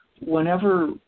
whenever